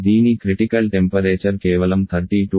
దీని critical temperature కేవలం 32 0C